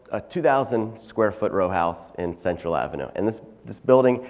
ah two thousand square foot row house in central avenue and this this building.